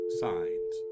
signs